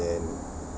then